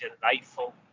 delightful